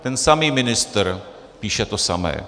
Ten samý ministr píše to samé.